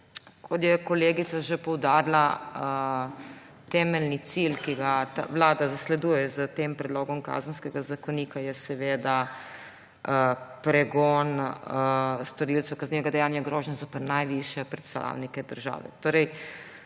Kot je kolegica že poudarila, temeljni cilj, ki ga Vlada zasleduje s tem predlogom kazenskega zakonika, je pregon storilcev kaznivega dejanja grožnje zoper najvišje predstavnike države.